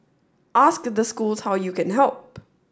ask the schools how you can help